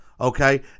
okay